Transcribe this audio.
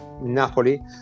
Napoli